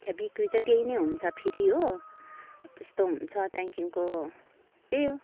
फेरि बिक्री चाहिँ त्यही नै हुन्छ फेरि हो त्यस्तो हुन्छ त्यहाँदेखिको त्यही हो